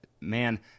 man